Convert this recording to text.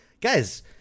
guys